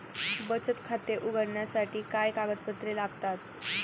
बचत खाते उघडण्यासाठी काय कागदपत्रे लागतात?